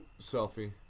selfie